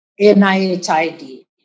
NIHID